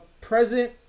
present